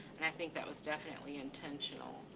and i think that was definitely intentional.